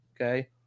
okay